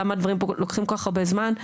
למה הדברים לוקחים כל כך הרבה זמן,